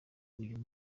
uyu